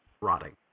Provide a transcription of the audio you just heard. rotting